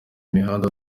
imihanda